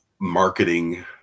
marketing